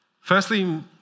Firstly